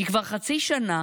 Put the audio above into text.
כי כבר חצי שנה